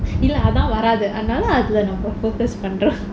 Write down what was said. இல்ல அதான் வராது அதனால அதுல நம்:illa athaan varaathu atanaala atula nam focus பண்றோம்:panrom